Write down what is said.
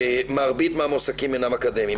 מרבית מהמועסקים אינם אקדמאים".